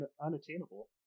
unattainable